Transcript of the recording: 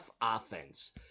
offense